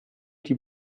die